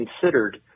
considered